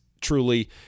truly